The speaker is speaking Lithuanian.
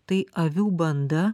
tai avių banda